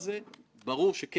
אני לא יודע אם מדינת ישראל,